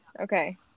Okay